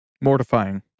mortifying